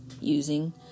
using